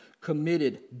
Committed